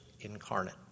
incarnate